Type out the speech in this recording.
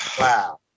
Wow